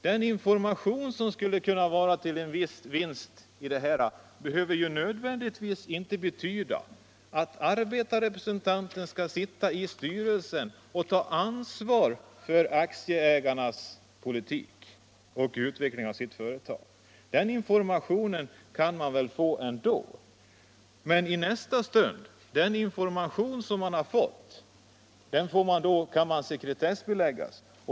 Den information som skulle kunna vara till en viss vinst behöver ju inte nödvändigtvis betyda att arbetarrepresentanten skall sitta i styrelsen och ta ansvar för aktieägarnas politik och utveckling av det företag som de äger. Den informationen kan man väl få ändå. Men den information som har getts kan i nästa stund sekretessbeläggas.